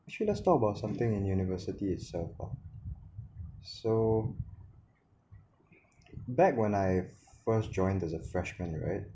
actually lets talk about something in university itself ah so back when I first joined as a freshman right